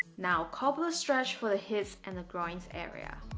now cobbler stretch for the hips and the groins area